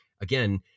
again